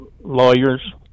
lawyers